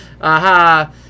Aha